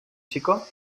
chico